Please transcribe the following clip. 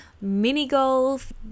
mini-golf